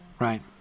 Right